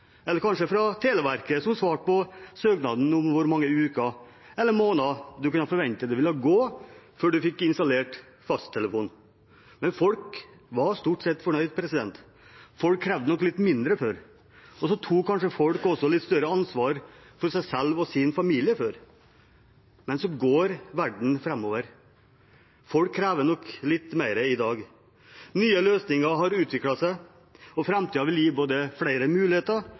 eller kanskje et fra Televerket som svar på søknaden om hvor mange uker eller måneder de kunne forvente at det ville gå før de fikk installert fasttelefon. Men folk var stort sett fornøyd. Folk krevde nok litt mindre før. Og folk tok kanskje også litt større ansvar for seg selv og sin familie før. Men så går verden framover. Folk krever nok litt mer i dag. Nye løsninger har utviklet seg, og framtiden vil gi både flere muligheter